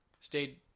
stayed